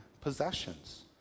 possessions